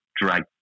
drag